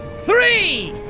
three!